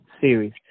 series